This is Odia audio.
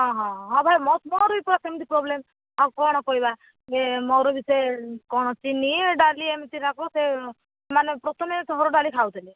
ହଁ ହଁ ହଁ ହଁ ଭାଇ ସେମିତି ପ୍ରୋବ୍ଲେମ୍ ଆଉ କ'ଣ କହିବା ଯେ ମୋର ବି ସେ କ'ଣ ଚିନି ଡାଲି ଏମିତି ଯାକ ସେ ମାନେ ପ୍ରଥମେ ଡ଼ାଲି ଖାଉଥିଲେ